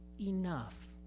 enough